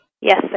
yes